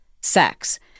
sex